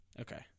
Okay